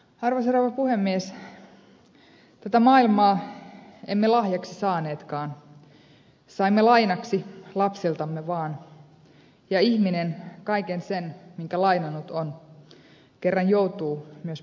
tätä maailmaa emme lahjaksi saaneetkaan saimme lainaksi lapsiltamme vaan ja ihminen kaiken sen minkä lainannut on kerran joutuu myös palauttamaan